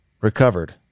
Recovered